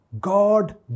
God